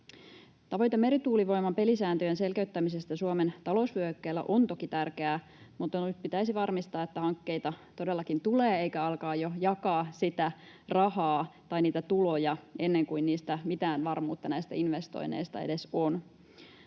Tavoite merituulivoiman pelisääntöjen selkeyttämisestä Suomen talousvyöhykkeellä on toki tärkeä, mutta nyt pitäisi varmistaa, että hankkeita todellakin tulee, eikä alkaa jo jakaa sitä rahaa tai niitä tuloja ennen kuin mitään varmuutta näistä investoinneista edes on.